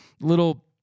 little